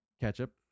ketchup